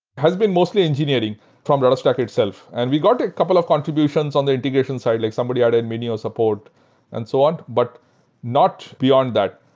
has been mostly engineering from rudderstack itself. and we got a couple of contributions on the integration side, like somebody and and yeah ah support and so on, but not beyond that.